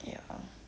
ya